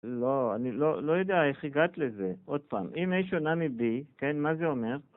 לא, אני לא יודע איך הגעת לזה. עוד פעם, אם A שונה מ-B, כן, מה זה אומר?